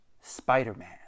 Spider-Man